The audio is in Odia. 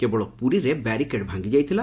କେବଳ ପୁରୀରେ ବ୍ୟାରିକେଡ ଭାଙ୍ଗିଯାଇଥିଲା